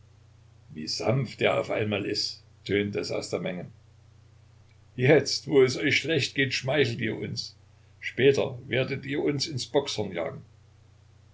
wie sanft der auf einmal ist tönte es aus der menge jetzt wo es euch schlecht geht schmeichelt ihr uns später werdet ihr uns ins bockshorn jagen